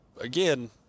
again